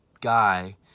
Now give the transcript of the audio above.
guy